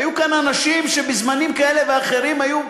היו כאן אנשים שבזמנים כאלה ואחרים היו,